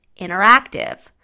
interactive